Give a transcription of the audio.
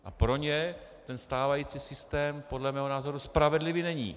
A pro ně ten stávající systém podle mého názoru spravedlivý není.